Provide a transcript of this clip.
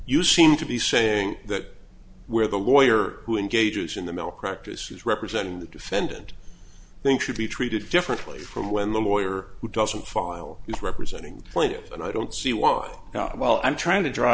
you seem to be saying that where the lawyer who engages in the milk practice who's representing the defendant think should be treated differently from when the lawyer who doesn't file is representing plaintiff and i don't see why not well i'm trying to draw